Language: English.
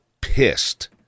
pissed